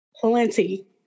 Plenty